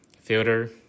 filter